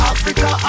Africa